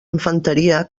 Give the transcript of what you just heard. infanteria